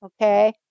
Okay